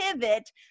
pivot